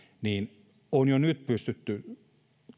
on jo nyt pystytty